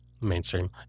mainstream